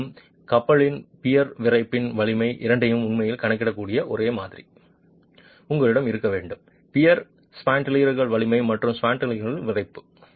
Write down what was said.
மேலும் கப்பலின் பியர் விறைப்பின் வலிமை இரண்டையும் உண்மையில் கணக்கிடக்கூடிய ஒரு மாதிரி உங்களிடம் இருக்க வேண்டும் பியர் ஸ்பான்ட்ரல்களின் வலிமை மற்றும் ஸ்பான்ட்ரலின் விறைப்பு